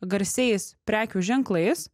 garsiais prekių ženklais